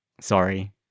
Sorry